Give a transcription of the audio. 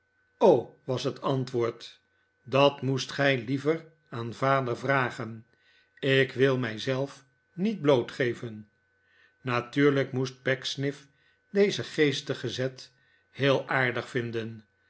was het antwoord dat moest gij liever aan vader vragen ik wil mij zelf niet blootgeven natuurlijk moest pecksniff dezen geestigen zet heel aardig vinden